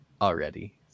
already